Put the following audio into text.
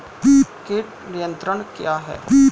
कीट नियंत्रण क्या है?